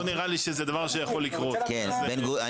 לא נראה לי שזה דבר שיכול לקרות הוא יכול לסגור את בית החולים.